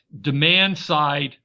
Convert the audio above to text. demand-side